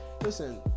Listen